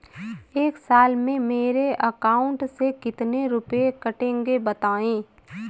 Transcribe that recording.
एक साल में मेरे अकाउंट से कितने रुपये कटेंगे बताएँ?